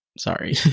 Sorry